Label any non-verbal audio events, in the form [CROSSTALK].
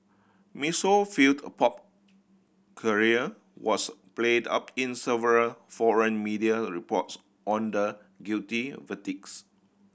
Miss [UNINTELLIGIBLE] failed a pop career was played up in several foreign media reports on the guilty verdicts